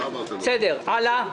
הלאה.